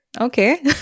Okay